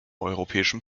europäischen